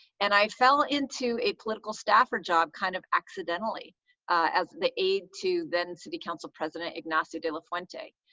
and i fell into a political staffer job kind of accidentally as the aide to then city council president, ignacio de la fuente.